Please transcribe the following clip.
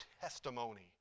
testimony